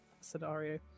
scenario